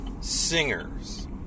singers